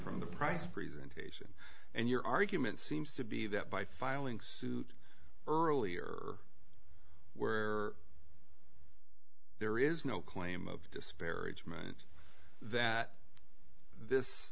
from the price presentation and your argument seems to be that by filing suit earlier where there is no claim of disparagement that this